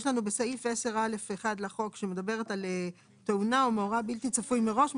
יש לנו בסעיף 10א(1) לחוק שמדברת על תאונה או מאורע בלתי צפוי מראש,